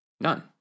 None